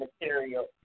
material